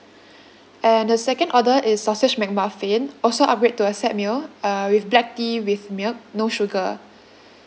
and the second order is sausage McMuffin also upgrade to a set meal uh with black tea with milk no sugar